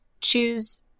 choose